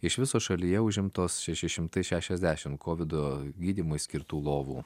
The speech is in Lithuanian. iš viso šalyje užimtos šeši šimtai šešiasdešim kovido gydymui skirtų lovų